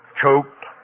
choked